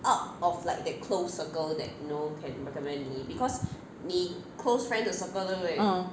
mm